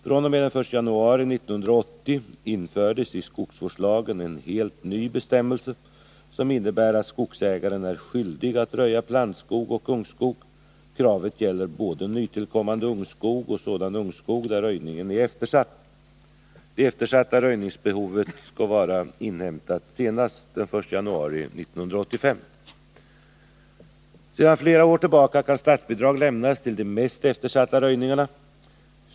fr.o.m. den I januari 1980 infördes i skogsvårdslagen en helt ny bestämmelse som innebär att skogsägaren är skyldig att röja plantskog och ungskog. Kravet gäller både nytillkommande ungskog och sådan ungskog där röjningen är eftersatt. Det eftersatta röjningsbehovet skall vara inhämtat senast den 1 januari 1985. Sedan flera år tillbaka kan statsbidrag lämnas till de mest eftersatta röjningarna.